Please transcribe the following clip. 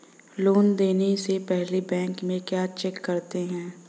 Loan देने से पहले बैंक में क्या चेक करते हैं?